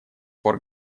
пор